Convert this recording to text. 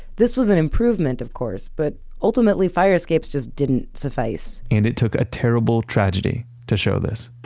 this was an improvement of course, but ultimately, fire escapes just didn't suffice. and it took a terrible tragedy to show this.